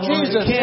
Jesus